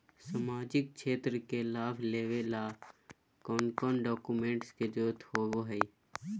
सामाजिक क्षेत्र के लाभ लेबे ला कौन कौन डाक्यूमेंट्स के जरुरत होबो होई?